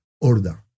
order